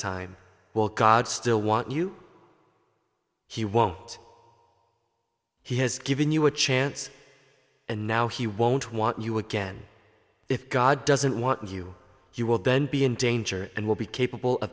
time while codd still want you he won't he has given you a chance and now he won't want you again if god doesn't want you you will then be in danger and will be capable of